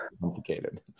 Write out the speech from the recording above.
complicated